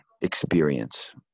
experience